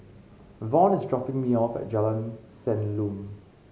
Vaughn is dropping me off at Jalan Senyum